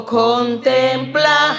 contempla